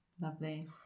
lovely